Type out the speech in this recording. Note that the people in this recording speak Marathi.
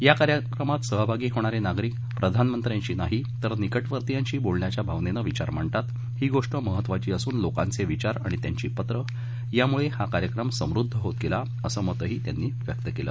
या कार्यक्रमात सहभागी होणारे नागरिक प्रधानमंत्र्यांशी नाही तर निकटवर्तीयांशी बोलण्याच्या भावनेनं विचार मांडतात ही गोष्ट महत्त्वाची असून लोकांचे विचार आणि त्यांची पत्रं ह्यामुळे हा कार्यक्रम समृद्ध होत गेला असं मतही त्यांनी व्यक्त केलं